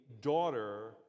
daughter